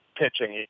pitching